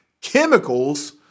chemicals